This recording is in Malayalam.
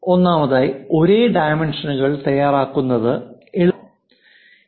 ഒന്നാമതായി ഒരേ ഡൈമെൻഷൻകൾ തയ്യാറാക്കുന്നത് എളുപ്പമല്ല